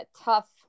tough